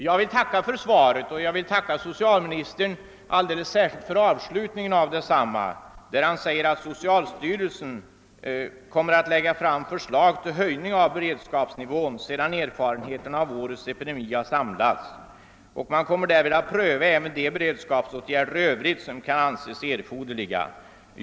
Jag vill tacka för svaret och alldeles särskilt för avslutningen av detsamma där socialministern säger att socialstyrelsen kommer att lägga fram förslag till höjning av beredskapsnivån sedan erfarenheterna av årets epidemi har samlats. Man kommer därför att pröva även de beredskapsåtgärder i övrigt som kan anses erforderliga.